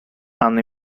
hanno